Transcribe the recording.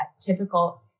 typical